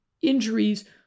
injuries